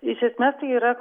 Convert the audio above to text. iš esmės tai yra